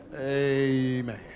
Amen